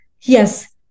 Yes